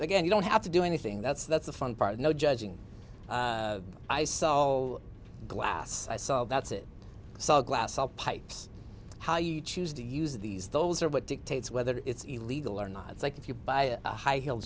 again you don't have to do anything that's that's the fun part of no judging i so glass i saw that's it saw glass all pipes how you choose to use these those are what dictates whether it's illegal or not it's like if you buy a high heel